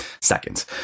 seconds